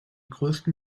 größten